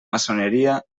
maçoneria